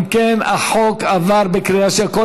אם כן, החוק עבר בקריאה שנייה.